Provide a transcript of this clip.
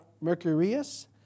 Mercurius